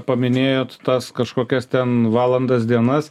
paminėjot tas kažkokias ten valandas dienas